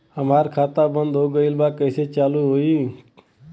हमार खाता बंद हो गईल बा कैसे चालू होई?